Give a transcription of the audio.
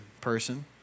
person